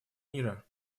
мира